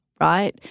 right